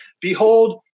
behold